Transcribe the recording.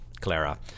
Clara